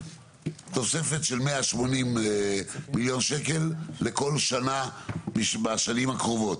תוספת של 180 מיליון שקל לכל שנה בשנים הקרובות.